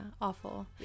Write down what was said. awful